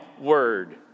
word